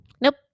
Nope